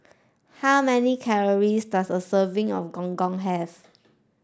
how many calories does a serving of gong gong have